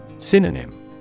Synonym